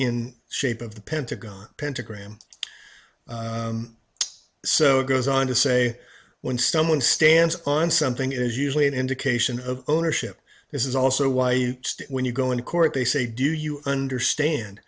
in shape of the pentagon pentagram so it goes on to say when someone stands on something is usually an indication of ownership this is also why when you go into court they say do you understand